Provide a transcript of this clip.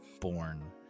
born